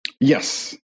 Yes